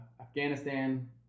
Afghanistan